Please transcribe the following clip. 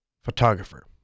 photographer